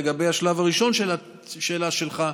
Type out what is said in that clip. לגבי השלב הראשון של השאלה שלך,